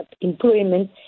employment